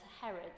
Herod